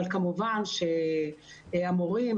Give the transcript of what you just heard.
כמובן שהמורים,